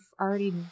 already